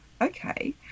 okay